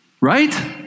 Right